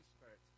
Spirit